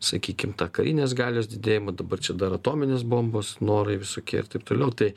sakykime karinės galios didėjimą dabar čia dar atominės bombos norai visokie ir taip toliau tai